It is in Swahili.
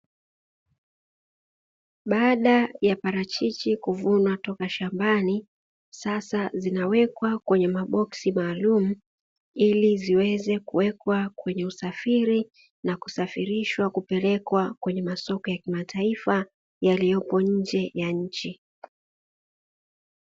Baada ya parachichi kuvunwa toka shambani sasa zinawekwa kwenye maboksi maalumu ili ziweze kuwekwa kwenye usafiri, na kusafirishwa kupelekwa kwenye masoko ya kimataifa yaliyopo nje ya nchi.